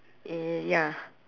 ya